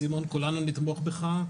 סימון, כולנו נתמוך בך.